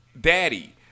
daddy